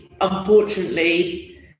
unfortunately